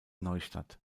neustadt